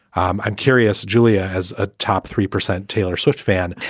um i'm curious. julia has a top three percent taylor swift fan.